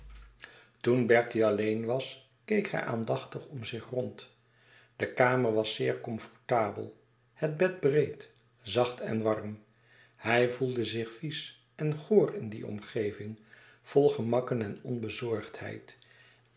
toen bertie alleen was keek hij aandachtig om zich rond de kamer was zeer comfortabel het bed breed zacht en warm hij voelde zich vies en goor in die omgeving vol gemakken en onbezorgdheid